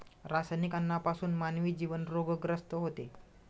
रासायनिक अन्नापासून मानवी जीवन रोगग्रस्त होते